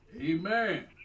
Amen